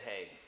Hey